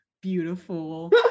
beautiful